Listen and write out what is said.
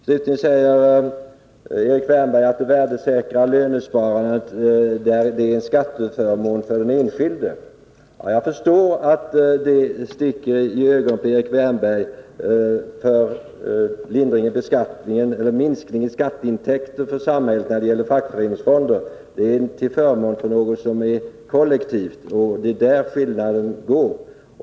Slutligen sade Erik Wärnberg att det värdesäkra lönesparandet innebär en skatteförmån för den enskilde. Jag förstår att det sticker i ögonen på Erik Wärnberg — en minskning av skatteintäkterna för samhället när det gäller fackföreningsfonder är till förmån för något som är kollektivt, och det är där skillnaden ligger.